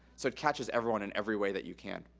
so it catches everyone in every way that you can.